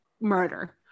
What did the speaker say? murder